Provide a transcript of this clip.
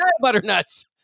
Butternut's